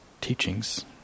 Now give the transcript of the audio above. teachings